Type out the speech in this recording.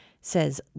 says